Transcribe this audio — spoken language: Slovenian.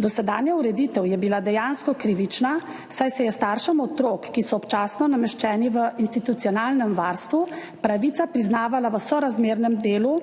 Dosedanja ureditev je bila dejansko krivična, saj se je staršem otrok, ki so občasno nameščeni v institucionalnem varstvu, pravica priznavala v sorazmernem delu